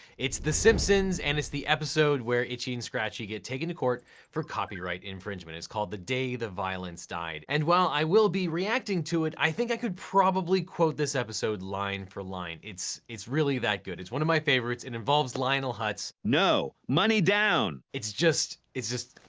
it's the simpsons and it's episode where itchy and scratchy get taken to court for copyright infringement. it's called the day the violence died, and while i will be reacting to it, i think i could probably quote this episode line for line, it's it's really that good, it's one of my favorites, it involves lionel hutz. no, money down. it's just, it's just,